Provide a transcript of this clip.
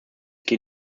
geht